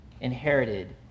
inherited